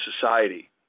society